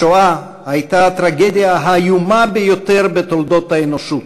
השואה הייתה הטרגדיה האיומה ביותר בתולדות האנושות,